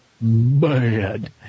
bad